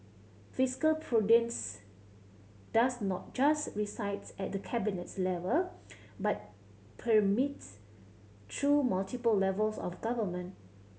fiscal prudence does not just resides at the Cabinet level but permeates through multiple levels of government